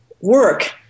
work